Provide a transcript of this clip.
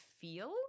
feel